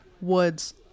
Woods